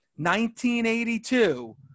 1982